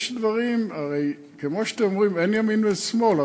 יש דברים, הרי כמו שאתם אומרים: אין ימין ושמאל.